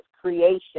creation